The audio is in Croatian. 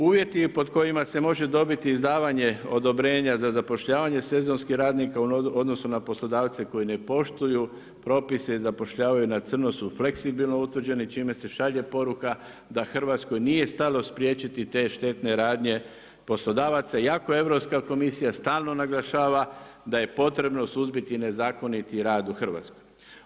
Uvjeti pod kojima se može dobiti izdavanje odobrenja za zapošljavanja sezonskih radnika u odnosu na poslodavce koji ne poštuju propise i zapošljavaju na crno su fleksibilno utvrđeni čime se šalje poruka da Hrvatskoj nije stalo spriječiti te štetne radnje poslodavaca, iako Europska komisija, stalno naglašava da je potrebno suzbiti nezakoniti rad u Hrvatskoj.